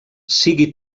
sigui